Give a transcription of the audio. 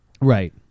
Right